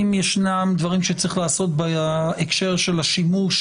אם יש דברים שצריך לעשות בהקשר של השימוש